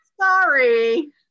Sorry